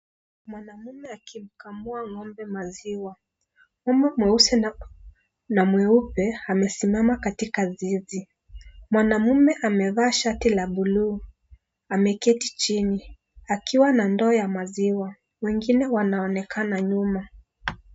Mwanamume akimkamua ng'ombe maziwa. Ng'ombe mweusi na mweupe amesimama katika zizi. Mwanamume amevaa shati la buluu. Ameketi chini akiwa na ndoo ya maziwa. Wengine wanaonekana nyuma.